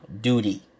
duty